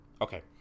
Okay